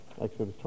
Exodus